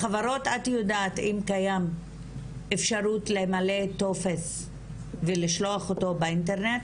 בחברות את יודעת אם קיים אפשרות למלא טופס ולשלוח אותו באינטרנט?